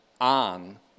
on